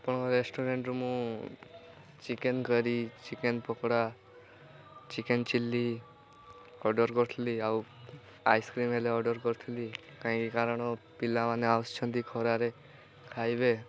ଆପଣଙ୍କ ରେଷ୍ଟୁରାଣ୍ଟରୁ ମୁଁ chicken curry chicken pakora chicken chilli order କରିଥିଲି ଆଉ ଆଇସ୍କ୍ରିମ୍ ହେଲେ ଅର୍ଡ଼ର କରିଥିଲି କାହିଁକି କାରଣ ପିଲାମାନେ ଆସୁଛନ୍ତି ଖରାରେ ଖାଇବେ